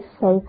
safe